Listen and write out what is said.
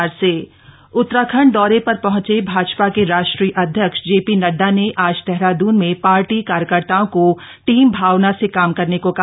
JP Nadda बैठक उतराखंड दौरे पर पहंचे भाजपा के राष्ट्रीय अध्यक्ष जेपी नड्डा ने आज देहरादून में पार्टी कार्यकर्ताओं को टीम भावना से काम करने को कहा